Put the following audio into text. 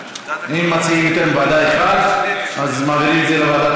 אם מציעים יותר מוועדה אחת אז מעבירים את זה לוועדת